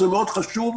זה חשוב מאוד,